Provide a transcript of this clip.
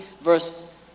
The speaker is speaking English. Verse